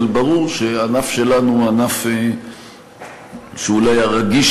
אבל ברור שהענף שלנו הוא אולי הרגיש